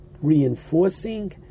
reinforcing